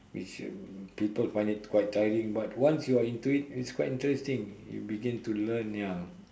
which uh people find it quite tiring but once you are in trip it's quite interesting you begin to learn ya